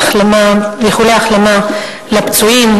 ואיחולי החלמה לפצועים,